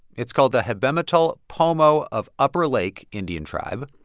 it's called the habematolel pomo of upper lake indian tribe.